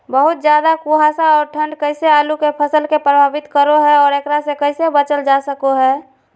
बहुत ज्यादा कुहासा और ठंड कैसे आलु के फसल के प्रभावित करो है और एकरा से कैसे बचल जा सको है?